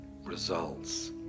results